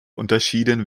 unterschieden